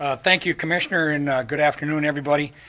ah thank you, commissioner and, good afternoon everybody.